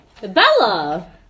Bella